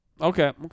Okay